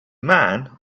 man